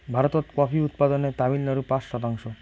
ভারতত কফি উৎপাদনে তামিলনাড়ু পাঁচ শতাংশ